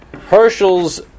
Herschel's